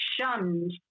shunned